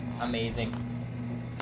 amazing